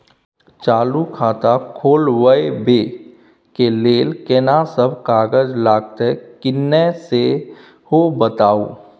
चालू खाता खोलवैबे के लेल केना सब कागज लगतै किन्ने सेहो बताऊ?